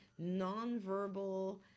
nonverbal